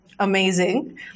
amazing